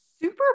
Super